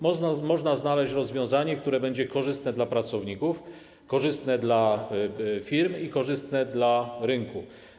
Można znaleźć rozwiązanie, które będzie korzystne dla pracowników, korzystne dla firm i korzystne dla rynku.